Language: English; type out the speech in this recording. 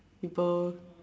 people